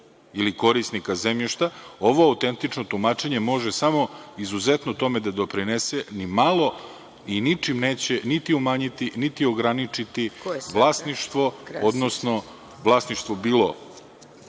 ili korisnika zemljišta, ovo autentično tumačenje može samo izuzetno tome da doprinese, ni malo i ničim neće niti umanjiti, niti ograničiti vlasništvo, bilo poslužnog bilo